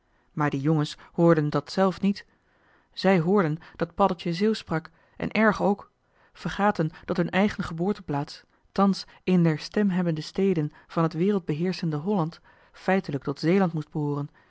maar die jongens hoorden dat zelf niet zij hoorden dat paddeltje zeeuwsch sprak en erg ook vergaten dat hun eigen geboorteplaats thans een der stemhebbende steden van het wereldbeheerschende holland feitelijk tot zeeland moest behooren